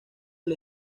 del